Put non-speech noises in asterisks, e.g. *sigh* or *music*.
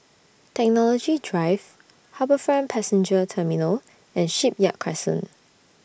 Technology Drive HarbourFront Passenger Terminal and Shipyard Crescent *noise*